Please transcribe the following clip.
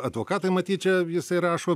advokatui matyt čia jisai rašo